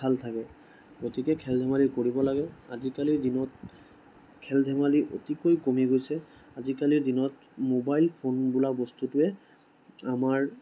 ভাল থাকে গতিকে খেল ধেমালি কৰিব লাগে আজিকালিৰ দিনত খেল ধেমালি অতিকৈ কমি গৈছে আজিকালিৰ দিনত মোবাইল ফোন বোলা বস্তুটোৱে আমাৰ